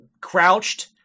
crouched